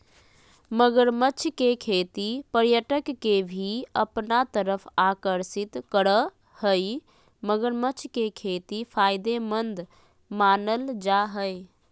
मगरमच्छ के खेती पर्यटक के भी अपना तरफ आकर्षित करअ हई मगरमच्छ के खेती फायदेमंद मानल जा हय